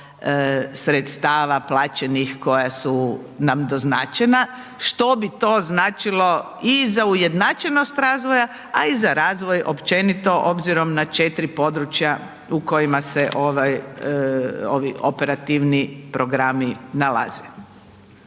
sredstava plaćenih koja su nam doznačena, što bi to značilo i za ujednačenost razvoja, a i za razvoj općenito obzirom na 4 područja u kojima se ovi operativni programi nalaze.